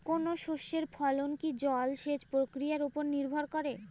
কোনো শস্যের ফলন কি জলসেচ প্রক্রিয়ার ওপর নির্ভর করে?